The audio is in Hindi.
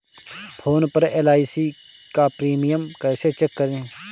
फोन पर एल.आई.सी का प्रीमियम कैसे चेक करें?